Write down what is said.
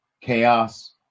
Chaos